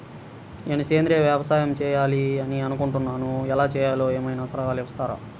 నేను సేంద్రియ వ్యవసాయం చేయాలి అని అనుకుంటున్నాను, ఎలా చేయాలో ఏమయినా సలహాలు ఇస్తారా?